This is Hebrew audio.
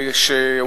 התקציב.